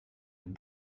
een